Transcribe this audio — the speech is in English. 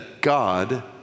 God